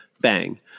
bang